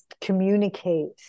communicate